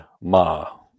Ma